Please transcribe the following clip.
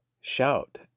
shout